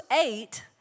eight